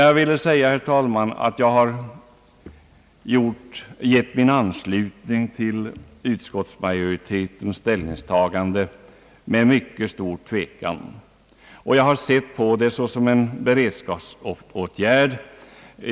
Jag vill dock säga, herr talman, att jag har gett min anslutning till utskottsmajoritetens ställningstagande med mycket stor tvekan, och jag har sett på det såsom en beredskapsåtgärd.